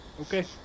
Okay